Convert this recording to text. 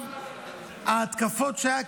ההתקפות שהיו,